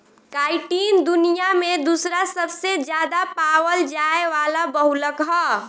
chitin दुनिया में दूसरा सबसे ज्यादा पावल जाये वाला बहुलक ह